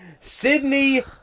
Sydney